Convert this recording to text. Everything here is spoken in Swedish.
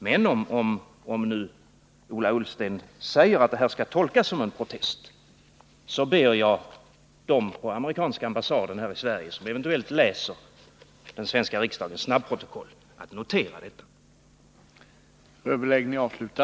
Men när nu Ola Ullsten säger att hans uttalande skall tolkas som en protest skulle jag vilja be dem som arbetar på den amerikanska ambassaden och som eventuellt läser den svenska riksdagens snabbprotokoll att notera detta.